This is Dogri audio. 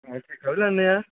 अस खरे आं